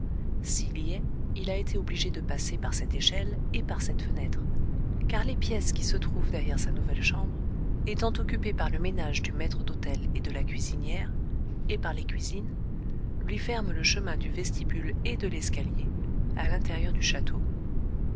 il a été obligé de passer par cette échelle et par cette fenêtre car les pièces qui se trouvent derrière sa nouvelle chambre étant occupées par le ménage du maître d'hôtel et de la cuisinière et par les cuisines lui ferment le chemin du vestibule et de l'escalier à l'intérieur du château